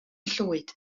llwyd